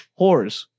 whores